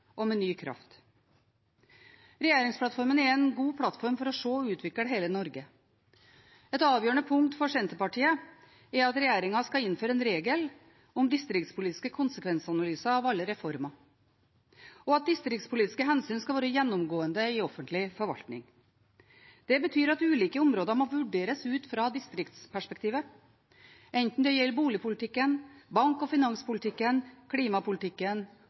og med ny kraft. Regjeringsplattformen er en god plattform for å se og utvikle hele Norge. Et avgjørende punkt for Senterpartiet er at regjeringen skal innføre en regel om distriktspolitiske konsekvensanalyser av alle reformer, og at distriktspolitiske hensyn skal være gjennomgående i offentlig forvaltning. Det betyr at ulike områder må vurderes ut fra distriktsperspektivet, enten det gjelder boligpolitikken, bank- og finanspolitikken, klimapolitikken